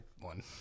one